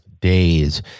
days